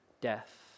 death